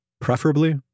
preferably